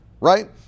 right